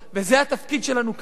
וזה התפקיד שלנו כאן,